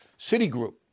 Citigroup